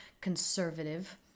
conservative